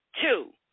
Two